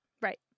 right